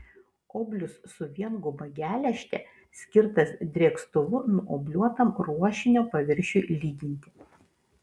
oblius su vienguba geležte skirtas drėkstuvu nuobliuotam ruošinio paviršiui lyginti